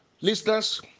Listeners